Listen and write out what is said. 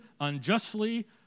unjustly